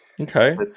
Okay